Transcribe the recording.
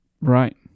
Right